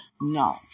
No